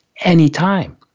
anytime